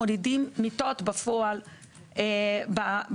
מורידים מיטות בפועל בתאים,